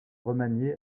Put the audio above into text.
remaniée